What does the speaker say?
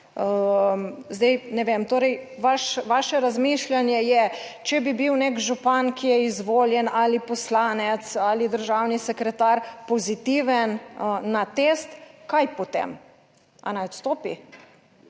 Zdaj ne vem, torej vaš, vaše razmišljanje je, če bi bil nek župan, ki je izvoljen ali poslanec ali državni sekretar pozitiven na test, kaj potem. A naj odstopi?